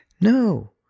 No